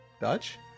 Dutch